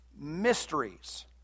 mysteries